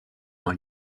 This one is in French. dans